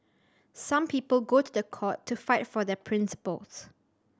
some people go to the court to fight for their principles